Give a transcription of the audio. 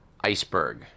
iceberg